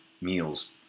meals